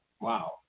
wow